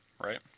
right